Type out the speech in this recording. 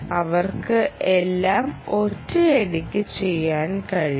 അവർക്ക് എല്ലാം ഒറ്റയടിക്ക് ചെയ്യാൻ കഴിയും